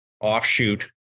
offshoot